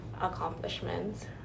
accomplishments